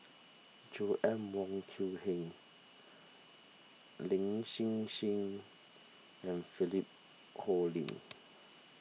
Joanna Wong Quee Heng Lin Hsin Hsin and Philip Hoalim